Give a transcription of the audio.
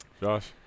josh